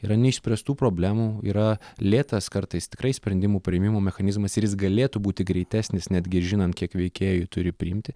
yra neišspręstų problemų yra lėtas kartais tikrai sprendimų priėmimo mechanizmas ir jis galėtų būti greitesnis netgi žinant kiek veikėjų turi priimti